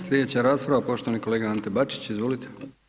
Slijedeća rasprava, poštovani kolega Ante Bačić, izvolite.